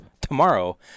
tomorrow